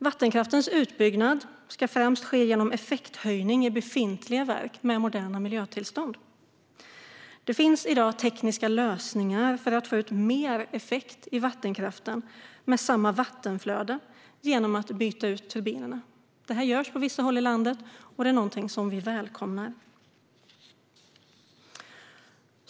Vattenkraftens utbyggnad ska främst ske genom effekthöjning i befintliga verk med moderna miljötillstånd. Det finns i dag tekniska lösningar för att få ut mer effekt i vattenkraften med samma vattenflöde, genom att byta ut turbinerna. Detta görs på vissa håll i landet och är något som vi välkomnar.